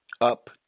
up